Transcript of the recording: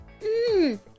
Mmm